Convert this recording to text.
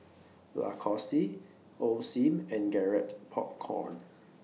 Lacoste Osim and Garrett Popcorn